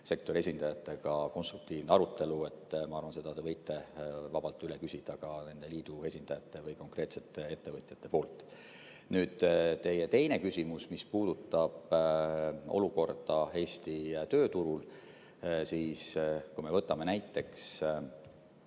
esindajatega konstruktiivne arutelu. Ma arvan, et seda te võite vabalt üle küsida ka nende liidu esindajate või konkreetsete ettevõtjate käest. Nüüd, teie teine küsimus, mis puudutab olukorda Eesti tööturul. Kui me võtame näiteks